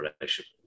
relationship